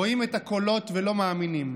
רואים את הקולות ולא מאמינים.